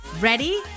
Ready